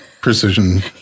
precision